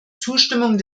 zustimmung